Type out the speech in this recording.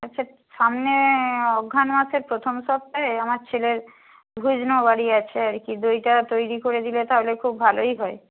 আচ্ছা সামনে অঘ্রান মাসের প্রথম সপ্তাহে আমার ছেলের বাড়ি আছে আর কি দইটা তৈরি করে দিলে তাহলে খুব ভালোই হয়